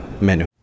menu